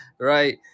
right